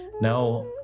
Now